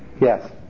Yes